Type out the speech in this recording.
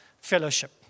fellowship